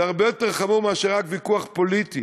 זה הרבה יותר חמור מאשר רק ויכוח פוליטי,